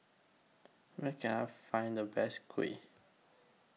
Where Can I Find The Best Kuih